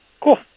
Cool